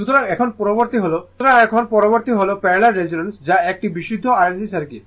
সুতরাং এখন পরবর্তী হল প্যারালাল রেজোন্যান্স যা একটি বিশুদ্ধ RLC সার্কিট